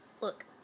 Look